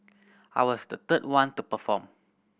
I was the third one to perform